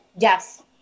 Yes